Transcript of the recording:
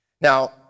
Now